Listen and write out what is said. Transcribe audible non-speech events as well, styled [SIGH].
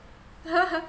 [LAUGHS]